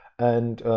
and